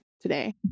today